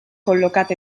col·locat